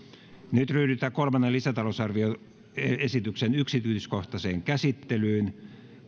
nyt ryhdytään kolmannen lisätalousarvioesityksen yksityiskohtaiseen käsittelyyn